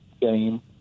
game